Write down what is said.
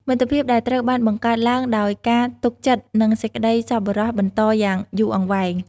មិត្តភាពដែលត្រូវបានបង្កើតឡើងដោយការទុកចិត្តនិងសេចក្ដីសប្បុរសបន្តយ៉ាងយូរអង្វែង។